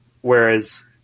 whereas